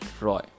Roy